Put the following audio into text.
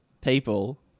people